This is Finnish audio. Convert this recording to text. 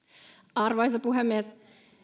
arvoisa puhemies